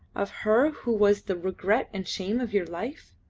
of her who was the regret and shame of your life?